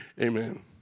Amen